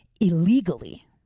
illegally